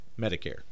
Medicare